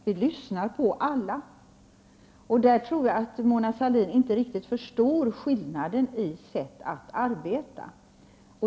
Vi lyssnar på alla. Jag tror att Mona Sahlin inte riktigt förstår skillnaden i sättet att arbeta.